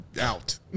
Out